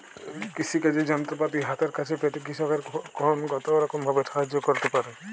কৃষিকাজের যন্ত্রপাতি হাতের কাছে পেতে কৃষকের ফোন কত রকম ভাবে সাহায্য করতে পারে?